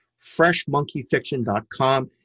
FreshMonkeyFiction.com